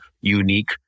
unique